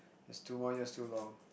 is two more years too long